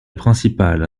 principale